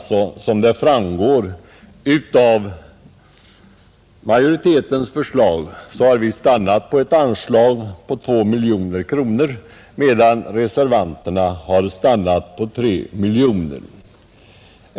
Såsom framgår av majoritetens förslag har vi alltså stannat för ett anslag på 2 miljoner kronor, medan reservanterna har stannat för 3 miljoner kronor.